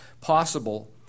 possible